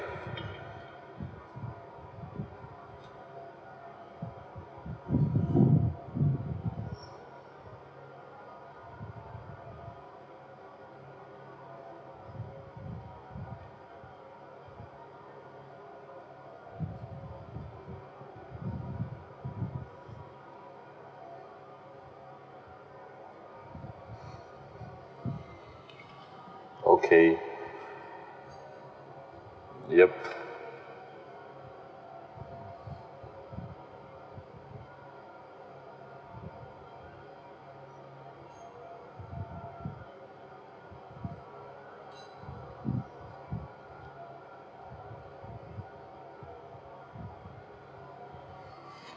okay yup